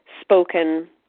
spoken